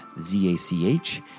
Z-A-C-H